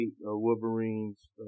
Wolverines